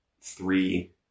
three